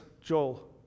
Joel